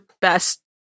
best